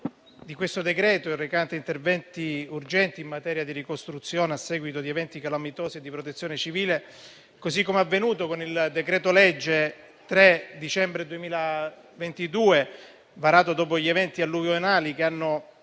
del decreto-legge recante interventi urgenti in materia di ricostruzione a seguito di eventi calamitosi e di protezione civile, così come avvenuto con il decreto-legge del 3 dicembre 2022, n. 186, varato dopo gli eventi alluvionali che hanno